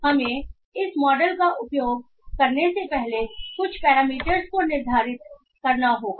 इसलिएहमें इस मॉडल का उपयोग करने से पहले कुछ पैरामीटर्स को निर्धारित करना होगा